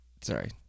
sorry